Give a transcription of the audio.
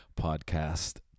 podcast